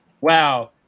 Wow